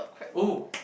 oh